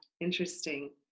interesting